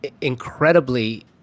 incredibly